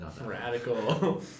Radical